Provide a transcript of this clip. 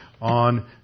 on